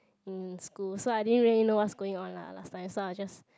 in school so I didn't really know what's going on lah last time so I just